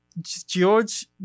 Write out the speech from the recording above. George